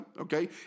okay